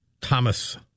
Thomas